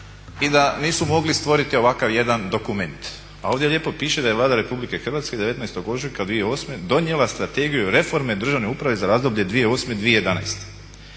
i da nisu mogli stvoriti ovakav jedan dokument. A ovdje lijepo piše da je Vlada RH 19.ožujka 2008.donijela Strategiju reforme državne uprave za razdoblje 2008.-2011.kojom